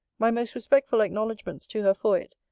my most respectful acknowledgements to her for it,